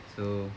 so